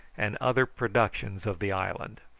and other productions of the island.